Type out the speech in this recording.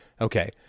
Okay